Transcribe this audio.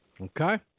Okay